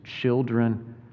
children